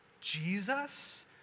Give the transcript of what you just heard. Jesus